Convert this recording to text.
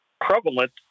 prevalent